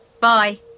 Bye